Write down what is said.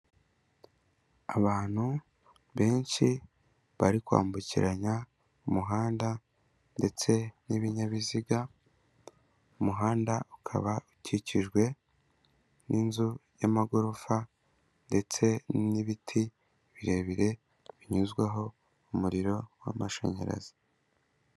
Abantu benshi bari kwambukiranya umuhanda ndetse n'ibinyabiziga, umuhanda ukaba ukikijwe n'inzu y'amagorofa ndetse n'ibiti birebire binyuzwaho umuriro w'amashanyarazi.